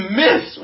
miss